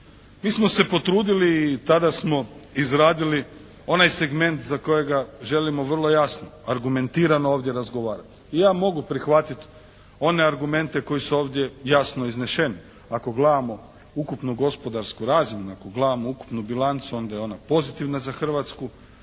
Mi smo se potrudili i tada smo izradili onaj segment za kojega želimo vrlo jasno, argumentirano ovdje razgovarati. I ja mogu prihvatit one argumente koji su ovdje jasno izneseni. Ako gledamo ukupnu gospodarsku razmjenu, ako gledamo ukupnu bilancu onda je ona pozitivna za Hrvatsku.